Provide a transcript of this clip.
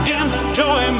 enjoy